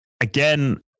again